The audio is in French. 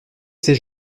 ses